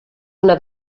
una